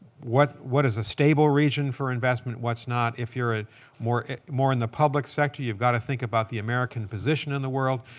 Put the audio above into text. what what is a stable region for investment? what's not? if you're ah more more in the public sector, you've got to think about the american position in the world.